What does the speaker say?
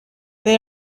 they